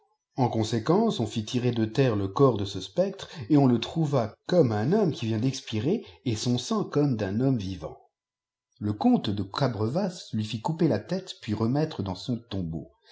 n conséquence on fit tirer de terre le corps de ce spectre et oti le trouva comme un homme qui vient d'expirer et son sang comme d'un homme vivant le comte de gabrevas lui fit couper la tète puis remettre dans son tombeau